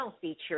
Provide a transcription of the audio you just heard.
feature